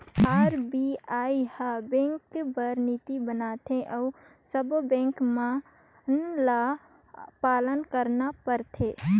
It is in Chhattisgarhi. आर.बी.आई हर बेंक बर नीति बनाथे अउ सब्बों बेंक मन ल पालन करना परथे